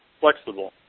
flexible